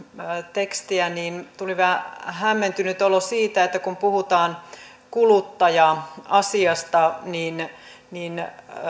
tekstiä tuli vähän hämmentynyt olo siitä että kun puhutaan kuluttaja asiasta niin